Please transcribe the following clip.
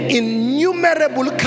innumerable